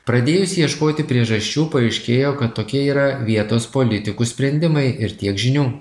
pradėjus ieškoti priežasčių paaiškėjo kad tokie yra vietos politikų sprendimai ir tiek žinių